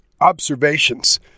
observations